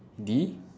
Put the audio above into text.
D